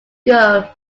girl